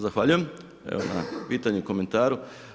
Zahvaljujem na pitanju, komentaru.